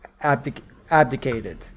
abdicated